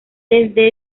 desde